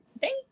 thank